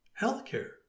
healthcare